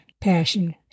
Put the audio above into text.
passion